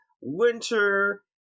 winter